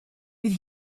bydd